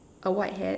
a white hat